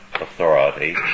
authority